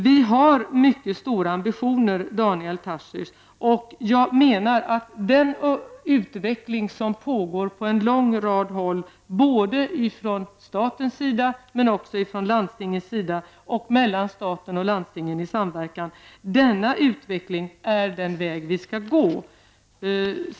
Vi har mycket stora ambitioner, Daniel Tarschys. Den utveckling som pågår på en lång rad områden, både inom staten och inom landstingen och mellan stat och landsting i samverkan, är den utveckling som vi skall ha.